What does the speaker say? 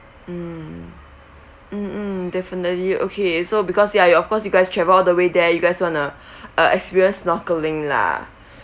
mm mm mm definitely okay so because ya you of course you guys travel all the way there you guys want to uh experience snorkeling lah